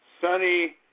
sunny